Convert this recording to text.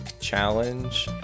challenge